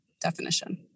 definition